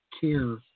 care